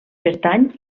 pertany